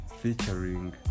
featuring